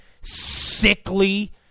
sickly